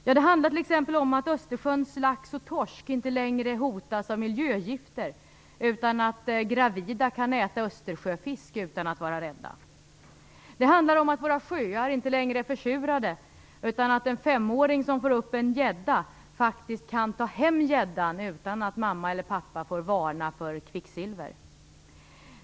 Ja, det handlar t.ex. om att Östersjöns lax och torsk inte längre hotas av miljögifter, utan att gravida kan äta Östersjöfisk utan att vara rädda. Det handlar om att våra sjöar inte längre är försurade, utan att en femåring som får upp en gädda kan ta hem den utan att mamma eller pappa får varna för kvicksilver.